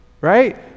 right